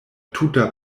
tuta